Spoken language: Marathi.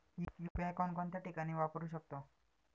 यु.पी.आय कोणकोणत्या ठिकाणी वापरू शकतो?